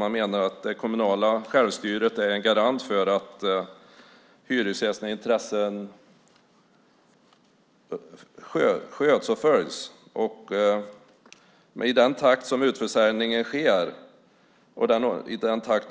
Man menar att det kommunala självstyret är en garant för att hyresgästernas intressen följs. Men i den takt som utförsäljningen sker och